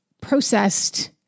processed